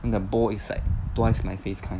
in the bowl it's like twice my face kind